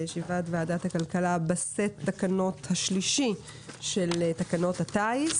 הנושא, כפי שהצגנו אותו קודם, רישיונות שלטעמנו לא